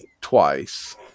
twice